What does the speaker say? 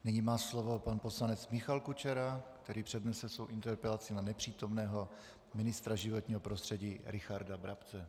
Nyní má slovo pan poslanec Michal Kučera, který přednese svou interpelaci na nepřítomného ministra životního prostředí Richarda Brabce.